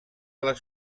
les